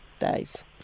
days